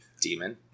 Demon